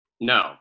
No